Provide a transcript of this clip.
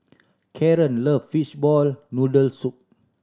Karen love fishball noodle soup